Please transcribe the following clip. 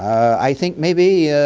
i think, maybe,